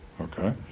Okay